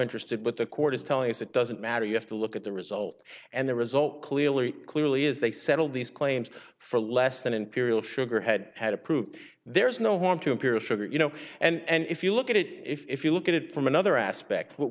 interested but the court is telling us it doesn't matter you have to look at the result and the result clearly clearly is they settled these claims for less than imperial sugar had had a prove there's no harm to appear sugar you know and if you look at it if you look at it from another aspect what